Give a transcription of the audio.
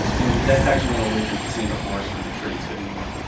and that's actually an allusion to seeing the forest for the trees but anyway